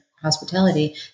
hospitality